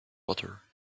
water